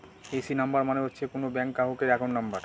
AC number মানে হচ্ছে কোনো ব্যাঙ্ক গ্রাহকের একাউন্ট নাম্বার